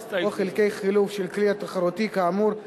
או חלקי חילוף של כלי תחרותי כאמור,